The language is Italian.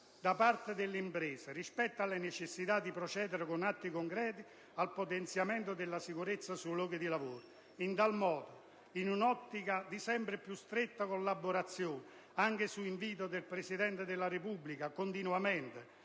da parte delle imprese, rispetto alla necessità di procedere con atti concreti al potenziamento della sicurezza sui luoghi di lavoro. In tal modo, in un'ottica di sempre più stretta collaborazione (a ciò invitati di continuo anche dal Presidente della Repubblica) tra